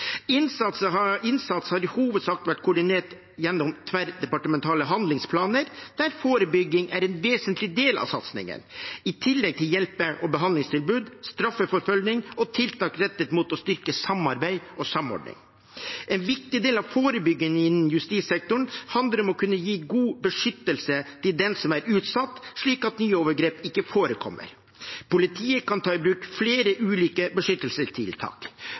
har i hovedsak vært koordinert gjennom tverrdepartementale handlingsplaner der forebygging er en vesentlig del av satsingen, i tillegg til hjelpe- og behandlingstilbud, straffeforfølgning og tiltak rettet mot å styrke samarbeid og samordning. En viktig del av forebygging innen justissektoren handler om å kunne gi god beskyttelse til den som er utsatt, slik at nye overgrep ikke forekommer. Politiet kan ta i bruk flere ulike beskyttelsestiltak.